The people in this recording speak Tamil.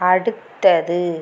அடுத்தது